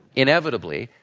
inevitably,